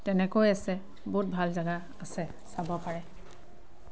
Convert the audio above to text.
তেনেকৈ আছে বহুত ভাল জেগা আছে চাব পাৰে